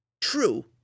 True